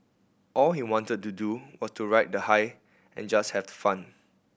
all he wanted to do was to ride the high and just have the fun